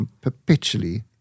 perpetually